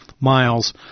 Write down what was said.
miles